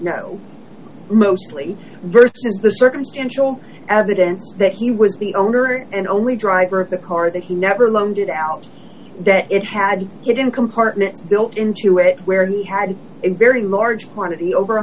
know mostly versus the circumstantial evidence that he was the owner and only driver of the car that he never laundered out that it had hidden compartments built into it where he had a very large quantity over